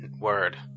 word